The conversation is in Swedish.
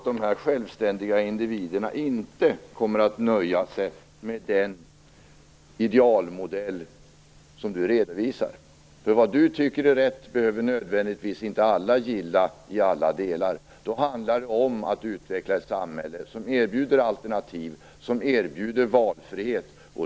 De självständiga individerna kommer inte att nöja sig med den idealmodell som Nils-Erik Söderqvist redovisar. Det han tycker är rätt behöver inte nödvändigtvis inte alla gilla i alla delar. Då handlar det om att utveckla ett samhälle som erbjuder alternativ och valfrihet.